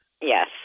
Yes